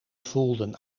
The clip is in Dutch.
voelden